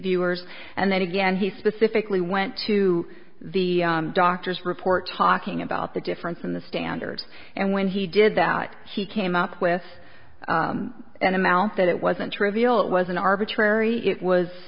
viewers and then again he specifically went to the doctor's report talking about the difference in the standard and when he did that he came up with an amount that wasn't trivial it was an arbitrary it